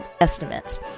estimates